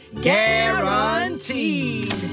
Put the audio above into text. Guaranteed